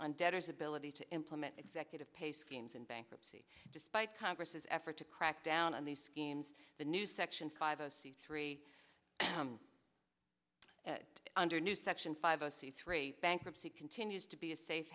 on debtors ability to implement executive pay schemes and bankruptcy despite congress effort to crack down on these schemes the new section five a c three under new section five a c three bankruptcy continues to be a safe